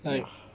!wah!